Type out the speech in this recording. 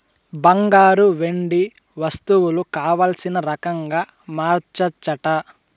బంగారు, వెండి వస్తువులు కావల్సిన రకంగా మార్చచ్చట